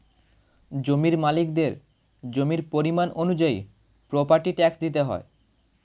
জমির মালিকদের জমির পরিমাণ অনুযায়ী প্রপার্টি ট্যাক্স দিতে হয়